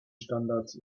standards